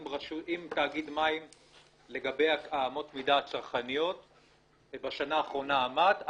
אם תאגיד מים לגבי אמות מידה הצרכניות בשנה האחרונה עמד,